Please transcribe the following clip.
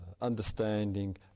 understanding